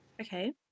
Okay